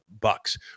bucks